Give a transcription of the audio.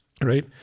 right